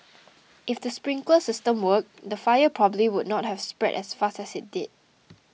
if the sprinkler system worked the fire probably would not have spread as fast as it did